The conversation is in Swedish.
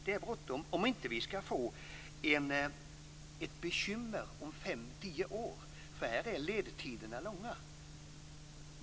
Det är bråttom om vi inte ska få ett bekymmer om fem tio år, för här är ledtiderna långa.